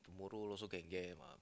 borrow also can get mah